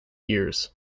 years